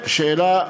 שאלה,